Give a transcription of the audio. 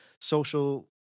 social